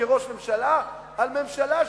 כראש ממשלה?